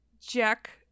Jack